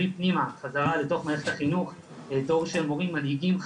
פנימה חזרה לתוך מערכת החינוך דור של מורים מנהיגים,